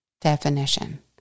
definition